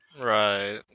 Right